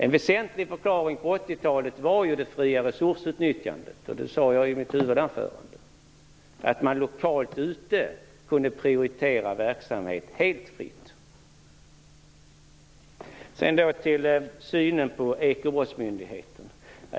En väsentlig förklaring på 80-talet var det fria resursutnyttjandet, som jag sade i mitt huvudanförande. Lokalt ute kunde man prioritera verksamhet helt fritt. Sedan några ord om synen på den föreslagna ekobrottsmyndigheten.